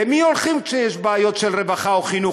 למי הולכים כשיש בעיות של רווחה או חינוך,